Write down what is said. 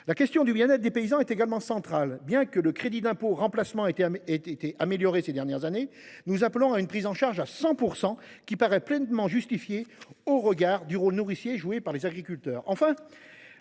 La question du bien être des paysans est également centrale. Bien que le dispositif du crédit d’impôt en faveur du remplacement temporaire ait été amélioré ces dernières années, nous appelons de nos vœux une prise en charge à 100 %, qui paraît pleinement justifiée au regard du rôle nourricier joué par les agriculteurs. Enfin,